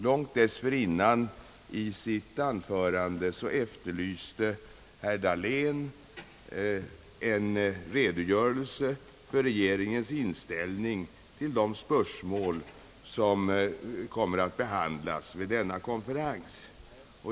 Långt dessförinnan efterlyste herr Dahlén i sitt anförande en redogörelse för regeringens inställning till de spörsmål som kommer att behandlas vid denna konferens.